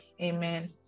Amen